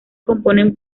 componen